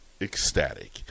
ecstatic